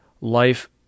life